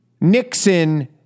Nixon